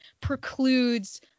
precludes